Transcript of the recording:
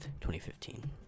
2015